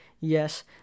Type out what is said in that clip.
Yes